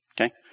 Okay